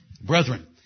Brethren